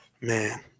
Man